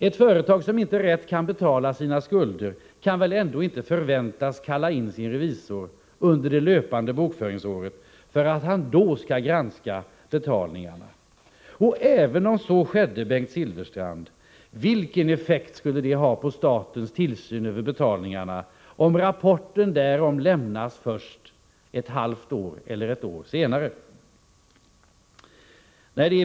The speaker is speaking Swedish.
Ett företag som inte rätt kan betala sina skulder kan väl ändå inte förväntas kalla in sin revisor under löpande bokföringsår för att han då skall granska betalningarna? Även om så skedde, Bengt Silfverstrand, vilken effekt skulle det ha på statens tillsyn över betalningarna om revisorns rapport lämnas först ett halvt år eller ett år senare?